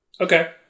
Okay